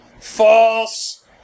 False